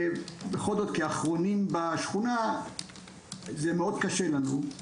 בכל זאת כאחרונים בשכונה זה מאוד קשה לנו.